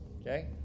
Okay